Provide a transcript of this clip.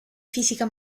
fisica